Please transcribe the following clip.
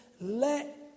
let